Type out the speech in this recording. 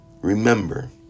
Remember